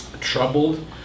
troubled